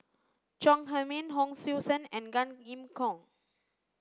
Chong Heman Hon Sui Sen and Gan Kim Yong